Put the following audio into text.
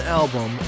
album